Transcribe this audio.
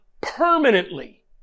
permanently